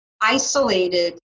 isolated